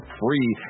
free